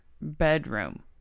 bedroom